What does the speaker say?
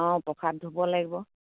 অঁ প্ৰসাদ ধুব লাগিব